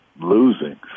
losing